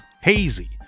Hazy